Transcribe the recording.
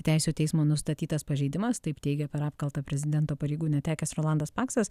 teisių teismo nustatytas pažeidimas taip teigia per apkaltą prezidento pareigų netekęs rolandas paksas